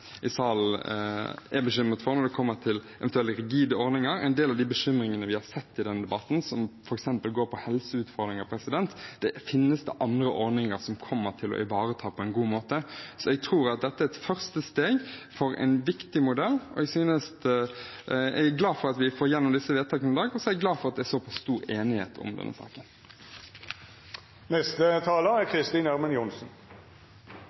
i salen er bekymret for når det kommer til eventuelle rigide ordninger. For en del av de bekymringene vi har hørt i denne debatten, f.eks. de som handler om helseutfordringer, finnes det andre ordninger som kommer til å ivareta på en god måte. Jeg tror at dette er et første steg for en viktig modell, og jeg er glad for at vi får igjennom disse vedtakene i dag. Og så er jeg glad for at det er såpass stor enighet i denne saken.